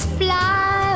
fly